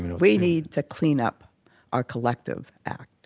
we need to clean up our collective act.